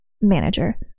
Manager